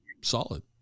Solid